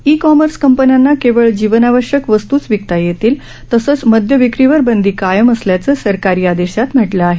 E commerce कंपन्यांना केवळ जीवनावश्यक वस्तूच विकता येतील तसंच मद्यविक्रीवर बंदी कायम असल्याचं सरकारी आदेशात म्हटलं आहे